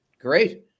Great